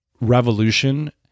revolution